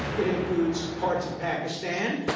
it includes parts of pakistan.